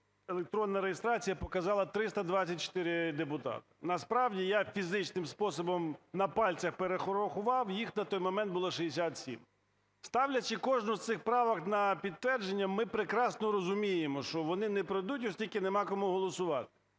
електронна реєстрація показала 324 депутата. Насправді, я фізичним способом на пальцях перерахував, їх на той момент було 67. Ставлячи кожну з цих правок на підтвердження, ми прекрасно розуміємо, що вони не пройдуть, оскільки нема кому голосувати.